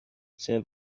send